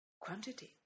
quantity